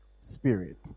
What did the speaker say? spirit